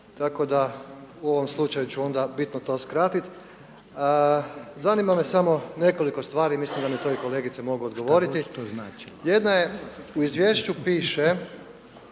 tako da u ovom slučaju ću onda bitno to skratiti. Zanima me samo nekoliko stvari, mislim da mi to i kolegice mogu odgovoriti. Jedna je, u izvješću piše